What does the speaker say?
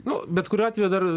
nu bet kuriuo atveju dar